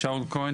שאול כהן,